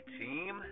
team